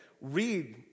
Read